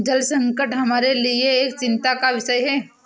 जल संकट हमारे लिए एक चिंता का विषय है